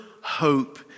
hope